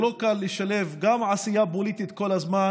זה לא קל לשלב גם עשייה פוליטית כל הזמן